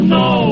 no